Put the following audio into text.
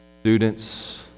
Students